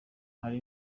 hari